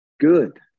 good